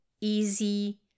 easy